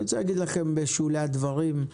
אני רוצה להגיד לכם בשולי הדברים: